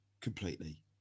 completely